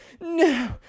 no